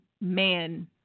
man